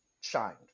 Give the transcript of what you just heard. shined